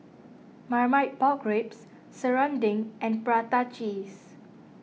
Marmite Pork Ribs Serunding and Prata Cheese